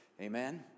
Amen